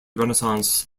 renaissance